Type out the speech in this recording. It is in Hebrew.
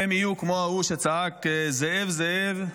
הן יהיו כמו ההוא שצעק "זאב, זאב"